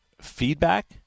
feedback